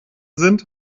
sind